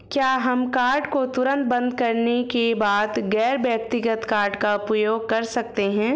क्या हम कार्ड को तुरंत बंद करने के बाद गैर व्यक्तिगत कार्ड का उपयोग कर सकते हैं?